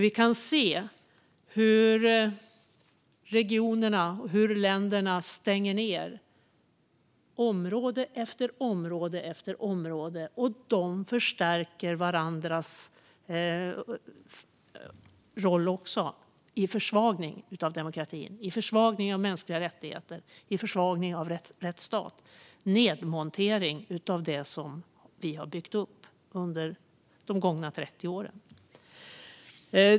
Vi kan se hur dessa regioner och länder stänger ned område efter område och att de förstärker varandras roll i försvagningen av demokratin, försvagningen av mänskliga rättigheter och försvagningen av rättsstaten. Det är en nedmontering av det som vi har byggt upp under de senaste 30 åren.